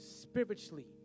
Spiritually